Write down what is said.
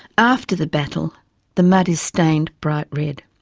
after the battle the mud is stained bright red.